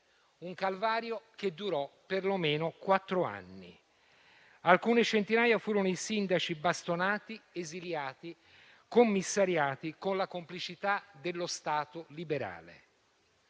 Un calvario che durò perlomeno quattro anni. Alcune centinaia furono i sindaci bastonati, esiliati, commissariati con la complicità dello Stato liberale.